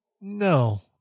no